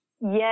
Yes